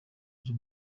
byo